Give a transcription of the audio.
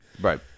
Right